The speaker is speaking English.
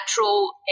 natural